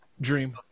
dream